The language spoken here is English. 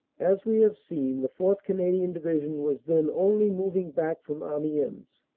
as ve have seen the fourth. canadian division was then only moving back from amiens.